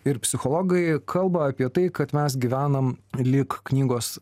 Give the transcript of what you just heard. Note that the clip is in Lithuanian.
ir psichologai kalba apie tai kad mes gyvenam lyg knygos